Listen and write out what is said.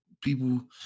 people